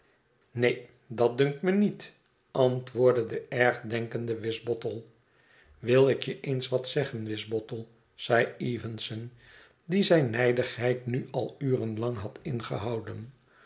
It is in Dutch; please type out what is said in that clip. neen dat dunkt mij niet antwoordde de onergdenkende wisbottle wil ik je eens wat zeggen wisbottle zei evenson die zijn nijdigheid nu al uren lang had ingehouden